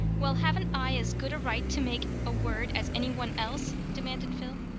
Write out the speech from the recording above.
well, haven't i as good a right to make a word as any one else? demanded phil.